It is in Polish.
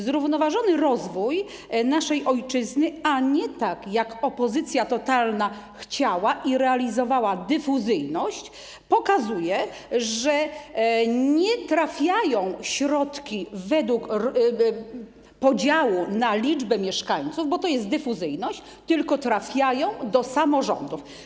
Zrównoważony rozwój naszej ojczyzny, a nie, tak jak totalna opozycja chciała i realizowała, dyfuzyjność, pokazuje, że środki nie trafiają według podziału na liczbę mieszkańców, bo to jest dyfuzyjność, tylko trafiają do samorządów.